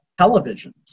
televisions